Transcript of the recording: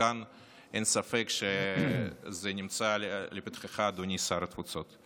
אין ספק שזה נמצא לפתחך, אדוני שר התפוצות.